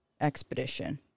expedition